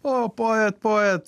o poet poet